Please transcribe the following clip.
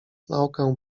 naukę